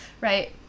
Right